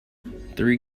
three